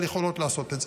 אבל יכולות לעשות את זה.